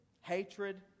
Hatred